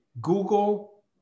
Google